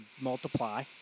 multiply